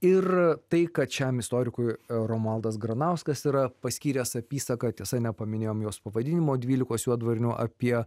ir tai kad šiam istorikui romualdas granauskas yra paskyręs apysaką tiesa nepaminėjom jos pavadinimo dvylikos juodvarnių apie